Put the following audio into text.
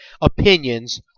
opinions